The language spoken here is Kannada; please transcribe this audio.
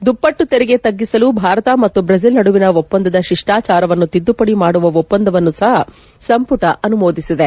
ದುಪ್ಪಟ್ಟು ತೆರಿಗೆಯನ್ನು ತಗ್ಗಿಸಲು ಭಾರತ ಮತ್ತು ಬ್ರಜಿಲ್ ನಡುವಿನ ಒಪ್ಪಂದದ ಶಿಷ್ಪಾಚಾರವನ್ನು ತಿದ್ದುಪಡಿ ಮಾಡುವ ಒಪ್ಪಂದವನ್ನೂ ಸಹ ಸಂಪುಟ ಅನುಮೋದಿಸಿದೆ